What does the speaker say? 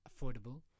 affordable